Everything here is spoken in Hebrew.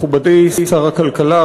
מכובדי שר הכלכלה,